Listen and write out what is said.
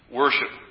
worship